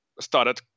started